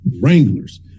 Wranglers